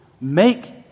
Make